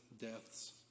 deaths